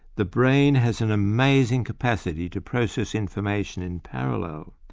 the brain has an amazing capacity to process information in parallel,